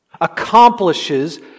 accomplishes